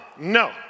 no